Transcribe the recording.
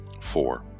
four